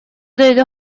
дойду